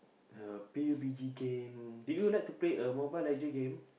uh P_U_B_G game do you like to play uh Mobile-Legend game